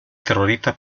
terroristas